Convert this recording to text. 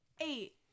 Eight